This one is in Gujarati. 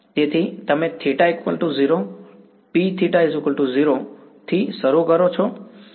તેથી તમે θ 0 P 0 થી શરૂ કરો છો